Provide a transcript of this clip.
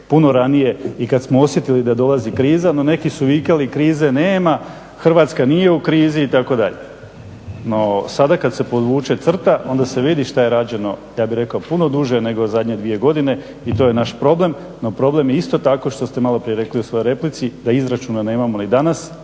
puno ranije i kada smo osjetili da dolazi kriza. No neki su vikali krize nema, Hrvatska nije u krizi, itd. No sada kad se podvuče crta, onda se vidi što je rađeno, ja bih rekao puno duže, nego zadnje dvije godine i to je naš problem. No problem je isto tako što ste maloprije rekli u svojoj replici, da izračuna nemamo ni danas